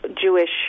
Jewish